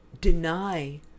deny